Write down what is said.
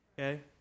Okay